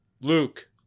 luke